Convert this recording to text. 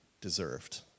deserved